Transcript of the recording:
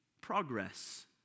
progress